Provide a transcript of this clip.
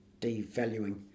devaluing